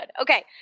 Okay